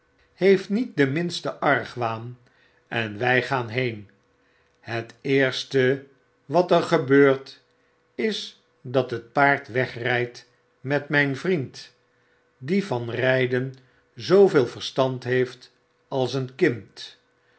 heeft niet den minsten argwaan en wij gaan heen het eerste wat er gebeurt is dat het paard wegrijdt met mijn vriend die van rijden zooveel verstand heeft als een kind